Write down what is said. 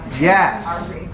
Yes